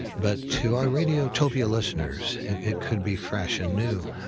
but to our radiotopia listeners, it could be fresh and new.